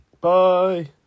bye